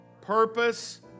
purpose